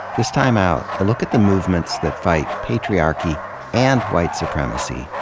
this time out, a look at the movements that fight patriarchy and white supremacy,